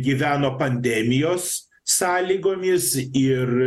gyveno pandemijos sąlygomis ir